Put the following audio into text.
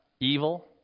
evil